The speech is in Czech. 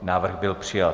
Návrh byl přijat.